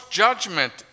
judgment